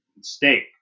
steak